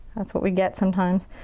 that's what we get sometimes.